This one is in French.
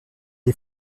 est